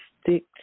stick